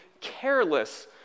careless